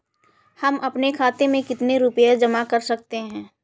हम अपने खाते में कितनी रूपए जमा कर सकते हैं?